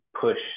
push